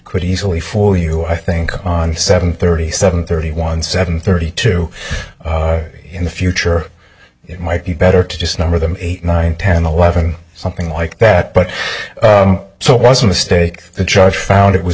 quite easily for you i think on the seven thirty seven thirty one seven thirty two in the future it might be better to just number them eight nine ten eleven something like that but so was a mistake the judge found it was